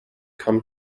come